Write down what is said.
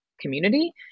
community